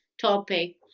topic